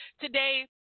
today